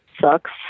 sucks